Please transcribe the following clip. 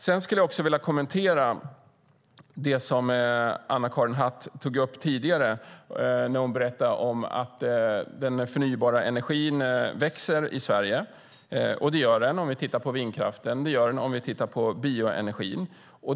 Sedan skulle jag också vilja kommentera det som Anna-Karin Hatt tog upp tidigare om att den förnybara energin växer i Sverige. Det gör den om vi tittar på vindkraften, och det gör den om vi tittar på bioenergin.